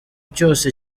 cyose